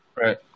Right